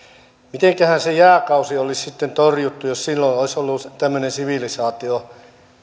mitenkähän se jääkausi olisi sitten torjuttu jos silloin vaikka edellistä jääkautta ennen olisi ollut tämmöinen sivilisaatio